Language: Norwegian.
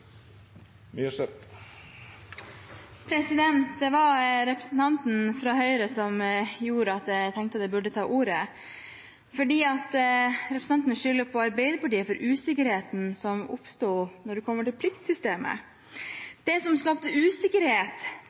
kystflåten. Det var representanten fra Høyre som gjorde at jeg tenkte at jeg burde ta ordet, for representanten skylder på Arbeiderpartiet for usikkerheten som oppsto om pliktsystemet. Det som skapte